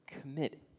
commit